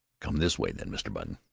come this way, then, mr. button.